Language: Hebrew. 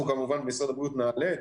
אנחנו כמובן במשרד הבריאות נעלה את